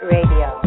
Radio